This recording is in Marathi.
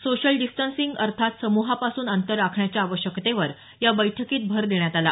सोशल डिस्टन्सिंग अर्थात समुहापासून अंतर राखण्याच्या आवश्यकतेवर या बैठकीत भर देण्यात आला